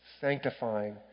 sanctifying